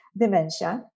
dementia